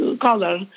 color